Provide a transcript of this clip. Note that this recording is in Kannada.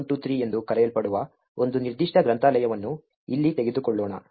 ADVAP123 ಎಂದು ಕರೆಯಲ್ಪಡುವ ಒಂದು ನಿರ್ದಿಷ್ಟ ಗ್ರಂಥಾಲಯವನ್ನು ಇಲ್ಲಿ ತೆಗೆದುಕೊಳ್ಳೋಣ